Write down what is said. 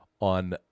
on